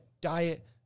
diet